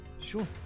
sure